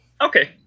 Okay